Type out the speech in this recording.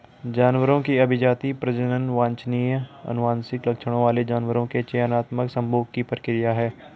जानवरों की अभिजाती, प्रजनन वांछनीय आनुवंशिक लक्षणों वाले जानवरों के चयनात्मक संभोग की प्रक्रिया है